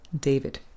David